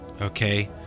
okay